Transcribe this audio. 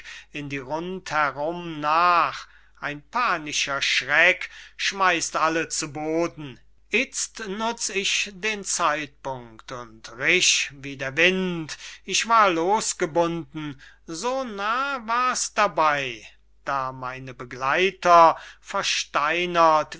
in die rund herum nach ein panischer schreck schmeißt alle zu boden itzt nutz ich den zeitpunkt und risch wie der wind ich war losgebunden so nah war's dabey da meine begleiter versteinert